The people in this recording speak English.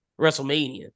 WrestleMania